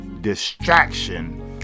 distraction